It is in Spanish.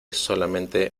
solamente